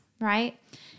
right